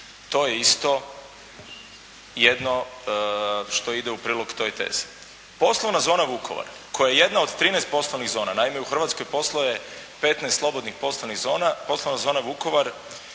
To je isto jedno što ide u prilog toj tezi. Poslovna zona Vukovar koja je jadna od 13 poslovnih zona. Naime, u Hrvatskoj posluje 15 slobodnih poslovnih zona, Poslovna zona Vukovar